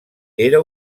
era